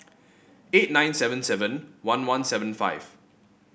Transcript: eight nine seven seven one one seven five